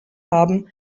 haben